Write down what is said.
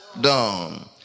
done